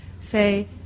say